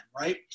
right